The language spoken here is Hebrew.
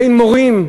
בין מורים,